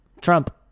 Trump